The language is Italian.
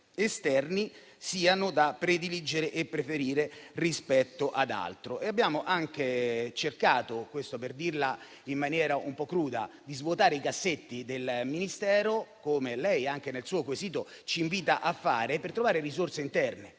esterni, siano da prediligere e preferire rispetto ad altro. Abbiamo anche cercato - per dirla in maniera un po' cruda - di svuotare i cassetti del Ministero, come anche lei nel suo quesito ci invita a fare, per trovare risorse interne.